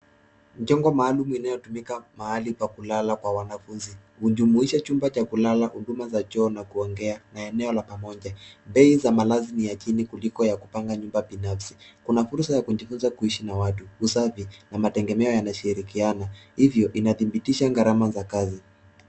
Jengo maalum inayotumika mahali pa kulala kwa wanafunzi. Hujumuisha chumba cha kulala, huduma za choo na kuogea na eneo la pamoja. Bei za malazi ni ya chini kuliko ya kupanga nyumba binafsi. Kuna fursa ya kujifunza kuishi na watu, usafi na mategemeo ya mashirikiano, hivyo inadhibitisha gharama za kazi.